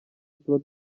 tuba